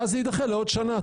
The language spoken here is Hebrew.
ואז זה יידחה לעוד שנה,